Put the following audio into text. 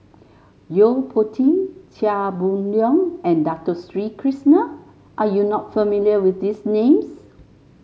Yo Po Tee Chia Boon Leong and Dato Sri Krishna are you not familiar with these names